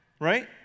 right